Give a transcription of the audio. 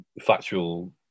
factual